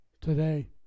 today